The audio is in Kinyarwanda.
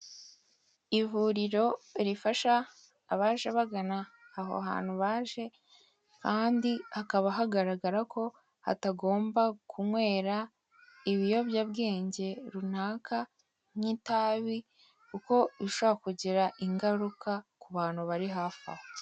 Ivuriro rifasha abaje bagana aho hantu baje kandi hakaba hagaragara ko hatagombakunywera ibiyobyabwenge runaka n'kitabi kuko ushobora kugira ingaruka ku bantu bari hafi aho.